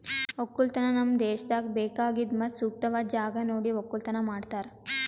ಒಕ್ಕಲತನ ನಮ್ ದೇಶದಾಗ್ ಬೇಕಾಗಿದ್ ಮತ್ತ ಸೂಕ್ತವಾದ್ ಜಾಗ ನೋಡಿ ಒಕ್ಕಲತನ ಮಾಡ್ತಾರ್